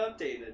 updated